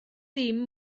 dim